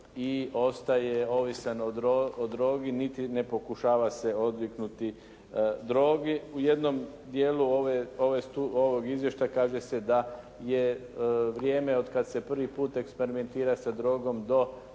i ostaje ovisan o drogi, niti ne pokušava se odviknuti drogi. U jednom dijelu ovog izvješća kaže se da je vrijeme od kad se prvi put eksperimentira sa drogom do